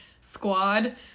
squad